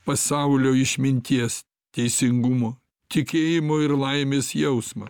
pasaulio išminties teisingumo tikėjimo ir laimės jausmą